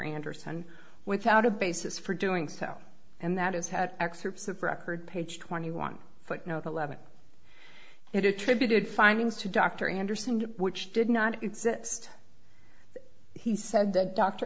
anderson without a basis for doing so and that is had excerpts of record page twenty one footnote eleven it attributed findings to dr anderson which did not exist he said the doctor